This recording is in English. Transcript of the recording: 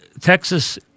Texas